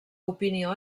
opinió